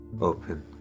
open